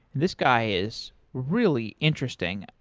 this guy is really interesting.